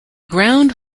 ground